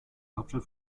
hauptstadt